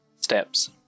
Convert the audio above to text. steps